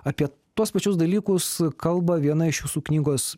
apie tuos pačius dalykus kalba viena iš jūsų knygos